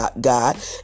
God